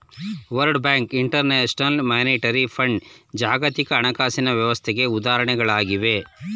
world bank, international monetary fund ಜಾಗತಿಕ ಹಣಕಾಸಿನ ವ್ಯವಸ್ಥೆಗೆ ಉದಾಹರಣೆಗಳಾಗಿವೆ